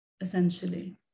essentially